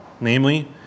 Namely